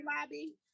Lobby